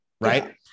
Right